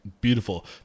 Beautiful